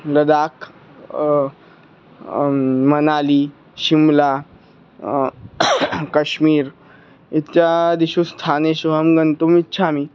लदाक् मनाली शिम्ला कश्मीर् इत्यादीनि स्थानानि अहं गन्तुम् इच्छामि